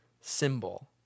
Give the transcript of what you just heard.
symbol